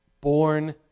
born